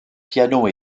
piano